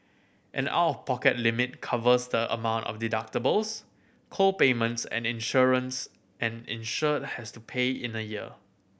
and out of pocket limit covers the amount of deductibles co payments and insurance an insured has to pay in a year